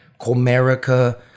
Comerica